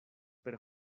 per